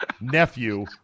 nephew